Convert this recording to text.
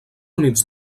units